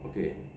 okay